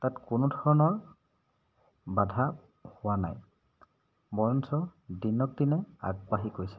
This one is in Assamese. তাত কোনো ধৰণৰ বাধা হোৱা নাই বৰঞ্চ দিনক দিনে আগবাঢ়ি গৈছে